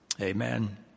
Amen